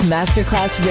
Masterclass